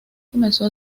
comenzó